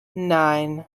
nine